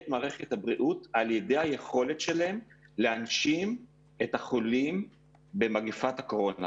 מערכת הבריאות על ידי היכולת שלהן להנשים את החולים במגפת הקורונה.